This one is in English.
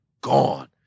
Gone